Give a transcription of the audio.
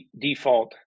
default